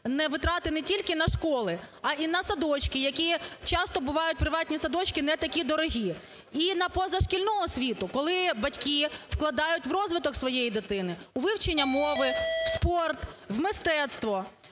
витрати не тільки на школи, а і на садочки, які часто бувають приватні садочки не такі дорогі. І на позашкільну освіту, коли батьки вкладають в розвиток своєї дитини, у вивчення мови, в спорт, в мистецтво.